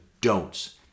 don'ts